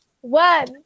One